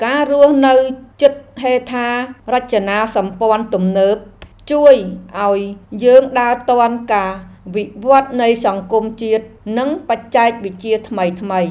ការរស់នៅជិតហេដ្ឋារចនាសម្ព័ន្ធទំនើប ជួយឱ្យយើងដើរទាន់ការវិវត្តនៃសង្គមជាតិ និងបច្ចេកវិទ្យាថ្មីៗ។